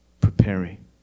preparing